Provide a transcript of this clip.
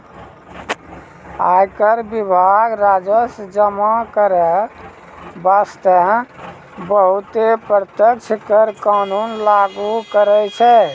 आयकर विभाग राजस्व जमा करै बासतें बहुते प्रत्यक्ष कर कानून लागु करै छै